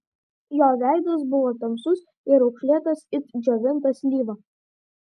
jo veidas buvo tamsus ir raukšlėtas it džiovinta slyva